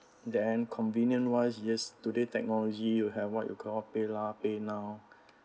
then convenient wise yes today technology you have what you call PayLah PayNow